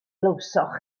glywsoch